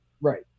Right